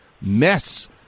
mess